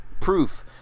proof